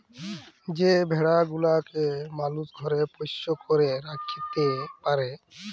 যে ভেড়া গুলাকে মালুস ঘরে পোষ্য করে রাখত্যে পারে